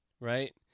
right